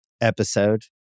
episode